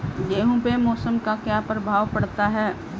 गेहूँ पे मौसम का क्या प्रभाव पड़ता है?